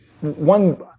One